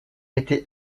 été